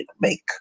make